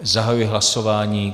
Zahajuji hlasování.